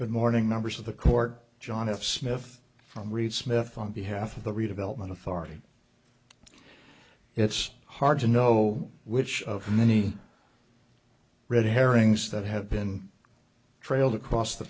good morning members of the court john f smith from reed smith on behalf of the redevelopment authority it's hard to know which of many red herrings that have been trailed across the